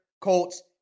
Colts